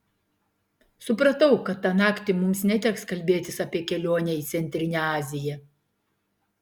supratau kad tą naktį mums neteks kalbėtis apie kelionę į centrinę aziją